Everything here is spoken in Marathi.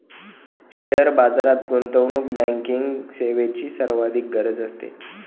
शेअर बाजारात गुंतवणूक बँकिंग सेवेची सर्वाधिक गरज असते